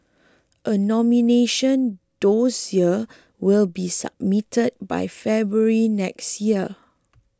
a nomination dossier will be submitted by February next year